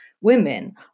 women